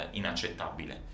inaccettabile